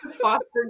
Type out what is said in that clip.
foster